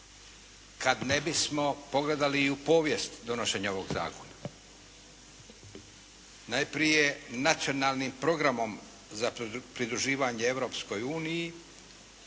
kada ne bismo pogledali i u povijest donošenja ovog zakona. Najprije Nacionalnim programom za pridruživanje Europskoj uniji